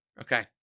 Okay